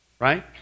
Right